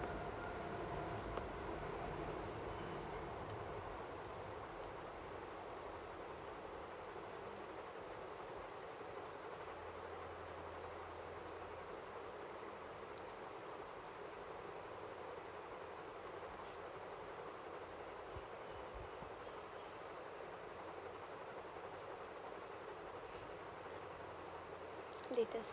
latest